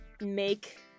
make